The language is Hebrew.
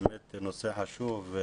באמת נושא חשוב.